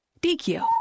DQ